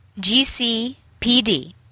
GCPD